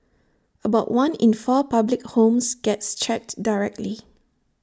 about one in four public homes gets checked directly